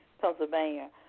Pennsylvania